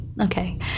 okay